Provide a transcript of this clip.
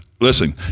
Listen